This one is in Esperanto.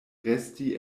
resti